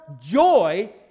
joy